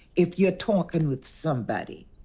if you're talking with somebody?